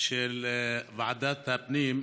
של ועדת הפנים.